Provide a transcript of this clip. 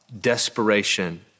desperation